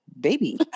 baby